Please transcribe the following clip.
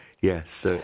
yes